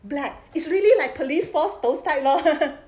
black it's really like police force those type lor